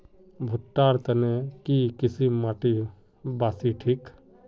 भुट्टा र तने की किसम माटी बासी ठिक?